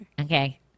Okay